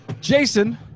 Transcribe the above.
Jason